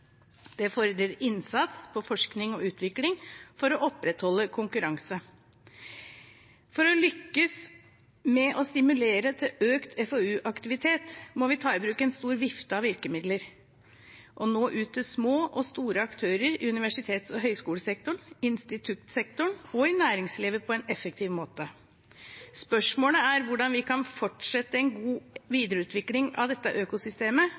fordrer innsats på forskning og utvikling for å opprettholde konkurranse. For å lykkes med å stimulere til økt FoU-aktivitet må vi ta i bruk en stor vifte av virkemidler og nå ut til små og store aktører i universitets- og høyskolesektoren, instituttsektoren og i næringslivet på en effektiv måte. Spørsmålet er hvordan vi kan fortsette en god videreutvikling av dette økosystemet,